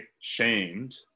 shamed